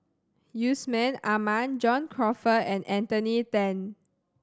Yusman Aman John Crawfurd and Anthony Then